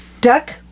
Duck